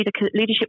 leadership